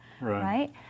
right